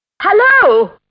Hello